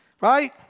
right